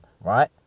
right